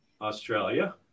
australia